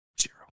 Zero